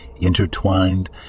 intertwined